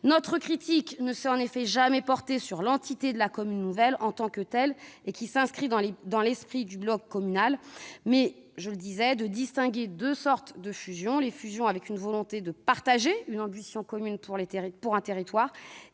Notre critique ne s'est en effet jamais portée sur l'entité « commune nouvelle » en tant que telle, qui s'inscrit dans l'esprit du bloc communal. Il faut distinguer deux sortes de fusions : celles qui traduisent une volonté de partager une ambition commune pour un territoire